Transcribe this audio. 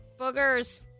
Boogers